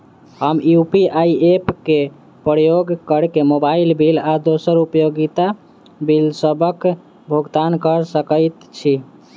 हम UPI app क उपयोग करके मोबाइल बिल आ दोसर उपयोगिता बिलसबक भुगतान कर सकइत छि